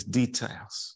details